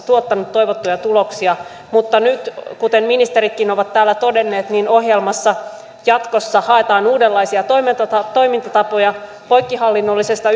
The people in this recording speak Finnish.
tuottanut toivottuja tuloksia mutta nyt kuten ministeritkin ovat täällä todenneet ohjelmassa jatkossa haetaan uudenlaisia toimintatapoja poikkihallinnollisesta